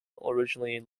originally